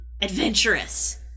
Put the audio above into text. adventurous